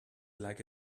like